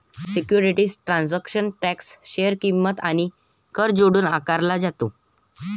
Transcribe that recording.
securities transaction tax share किंमत आणि कर जोडून आकारला जातो